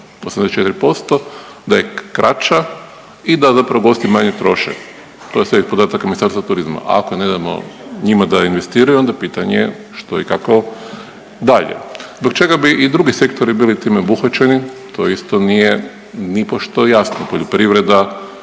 84%, da je kraća i da zapravo gosti manje troše. To je sve iz podataka ministarstva turizma. Ako ne damo njima da investiraju, onda pitanje je što i kako dalje. Zbog čega bi i drugi sektori bili time obuhvaćeni to isto nije nipošto jasno. Poljoprivreda,